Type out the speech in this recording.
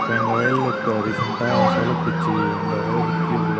இப்போ எங்கள் வயலில் இப்போ ரீசண்டாக சோலை பூச்சி எங்கள் வயலை சுற்றி உள்ள